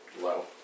Low